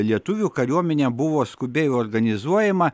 lietuvių kariuomenė buvo skubiai organizuojama